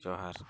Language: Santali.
ᱡᱚᱦᱟᱨ